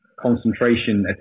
concentration